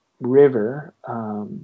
river